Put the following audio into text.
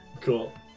cool